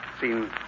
seen